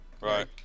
Right